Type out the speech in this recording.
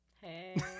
Hey